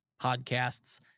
podcasts